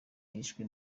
yishwe